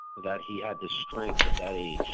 that he had the strength at that age,